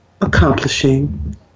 accomplishing